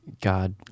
God